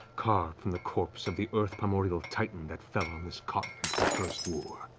carved from the corpse of the earth primordial titan that fell on this continent in the first war.